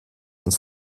uns